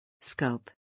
Scope